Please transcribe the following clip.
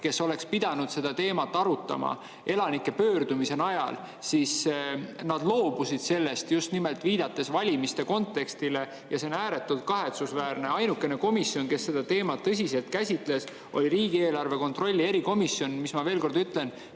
kes oleks pidanud seda teemat arutama elanike pöördumise najal, loobus sellest, just nimelt viidates valimiste kontekstile. Ja see on ääretult kahetsusväärne. Ainukene komisjon, kes seda teemat tõsiselt käsitles, oli riigieelarve kontrolli erikomisjon. Ma veel kord ütlen